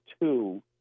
two